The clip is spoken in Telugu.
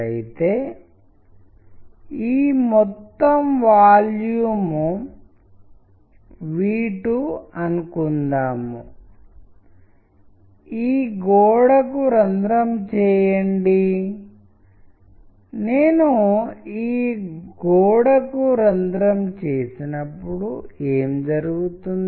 అవి గ్రే స్కేల్లో ఉన్న వివిధ రంగులు మధ్యాహ్నం మూలకం శరదృతువు మూలకం నిర్దిష్ట రకమైన వృద్ధాప్యం ఇవన్నీ ప్రతిబింబిస్తాయి